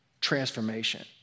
transformation